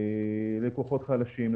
לקוחות חלשים,